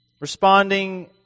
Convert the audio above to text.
responding